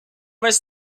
was